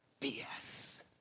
BS